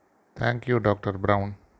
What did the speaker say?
thank you doctor brown